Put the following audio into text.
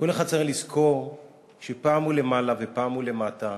כל אחד צריך לזכור שפעם הוא למעלה ופעם הוא למטה,